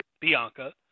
Bianca